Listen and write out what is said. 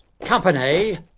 Company